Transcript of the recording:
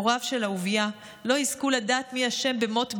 הוריו של אהוביה, לא יזכו לדעת מי אשם במות בנם.